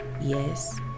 Yes